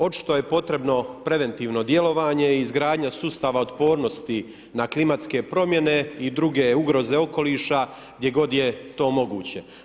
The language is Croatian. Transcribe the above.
Očito je potrebno preventivno djelovanje i izgradnja sustava otpornosti na klimatske promjene i druge ugroze okoliša gdje god je to moguće.